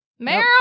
Meryl